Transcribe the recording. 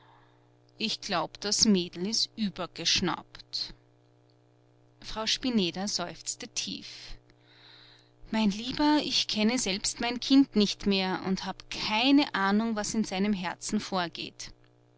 ich glaube das mädel ist übergeschnappt frau spineder seufzte tief mein lieber ich kenne selbst mein kind nicht mehr und habe keine ahnung was in seinem herzen vorgeht